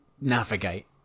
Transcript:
navigate